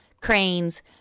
cranes